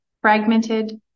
fragmented